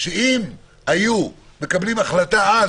שאם היו מקבלים החלטה אז,